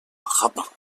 rabbin